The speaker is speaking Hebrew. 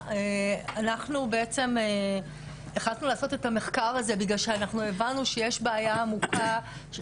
החלטנו לעשות את המחקר הזה מכיוון שהבנו שיש בעיה עמוקה.